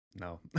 No